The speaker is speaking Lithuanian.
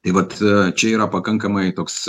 tai vat e čia yra pakankamai toks